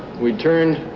we turned